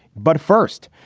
but first,